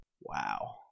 Wow